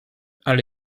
ale